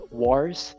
wars